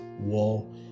wall